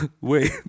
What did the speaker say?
Wait